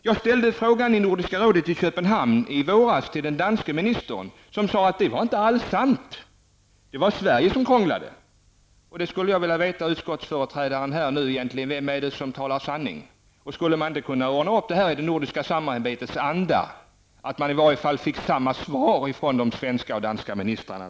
Jag ställer samma fråga i Nordiska rådet i Köpenhamn i våras till den danske ministern, som sade att det inte alls var sant. Det var Sverige som krånglade. Jag vill därför fråga utskottsmajoritetens företrädare: Vem är det som talar sanning? Skulle inte detta kunna ordnas upp i det nordiska samarbetets anda, så att man i alla fall fick samma svar av den danske resp. den svenske ministern.